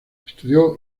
estudió